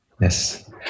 Yes